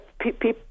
people